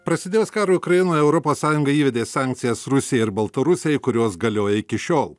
prasidėjus karui ukrainoje europos sąjunga įvedė sankcijas rusijai ir baltarusijai kurios galioja iki šiol